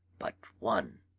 but one,